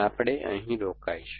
આપણે અહીં રોકાઈશું